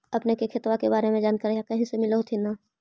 अपने के खेतबा के बारे मे जनकरीया कही से मिल होथिं न?